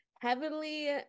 heavenly